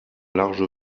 large